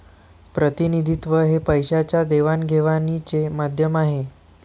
प्रतिनिधित्व हे पैशाच्या देवाणघेवाणीचे माध्यम आहे